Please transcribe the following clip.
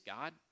God